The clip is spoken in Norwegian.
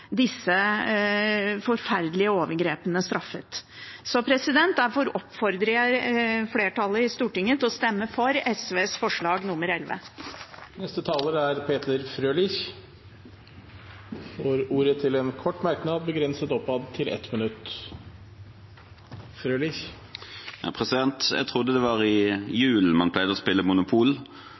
disse forferdelige overgrepene straffet. Derfor oppfordrer jeg flertallet i Stortinget til å stemme for SVs forslag nr. 11. Representanten Peter Frølich har hatt ordet to ganger tidligere og får ordet til en kort merknad, begrenset til 1 minutt. Jeg trodde det var i julen man pleide å spille Monopol.